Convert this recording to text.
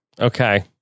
Okay